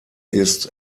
ist